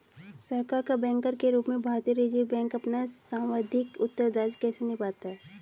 सरकार का बैंकर के रूप में भारतीय रिज़र्व बैंक अपना सांविधिक उत्तरदायित्व कैसे निभाता है?